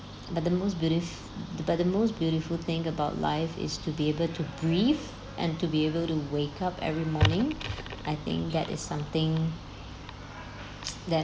but the most beautif~ but the most beautiful thing about life is to be able to breathe and to be able to wake up every morning I think that is something that